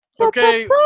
okay